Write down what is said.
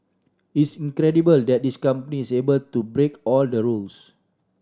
it's incredible that this company is able to break all the rules